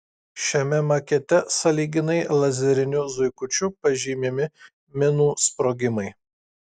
šiame makete sąlyginai lazeriniu zuikučiu pažymimi minų sprogimai